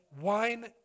wine